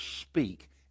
speak